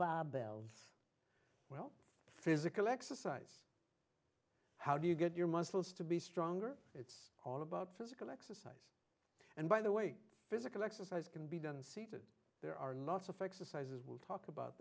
barbells physical exercise how do you get your muscles to be stronger it's all about physical exercise and by the way physical exercise can be done seated there are lots of exercises will talk about